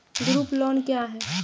Group loan क्या है?